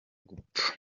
gupfa